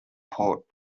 port